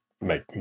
make